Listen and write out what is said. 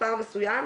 מספר מסוים